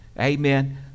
Amen